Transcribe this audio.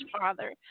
Father